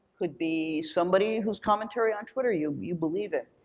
could be somebody whose commentary on twitter, you you believe it,